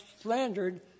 slandered